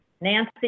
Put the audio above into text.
Nancy